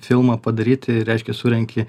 filmą padaryti reiškia surenki